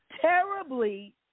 terribly